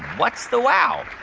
what's the wow?